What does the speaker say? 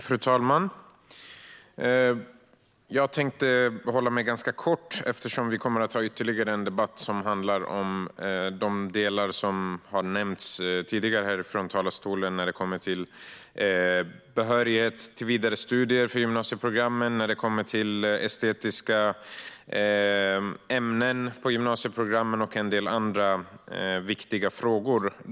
Fru talman! Jag tänkte hålla mig kort eftersom vi kommer att ha ytterligare en debatt som handlar om delar som har nämnts tidigare från talarstolen, till exempel behörighet till vidare studier för gymnasieprogrammen, estetiska ämnen i gymnasieprogrammen och en del andra viktiga frågor.